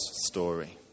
story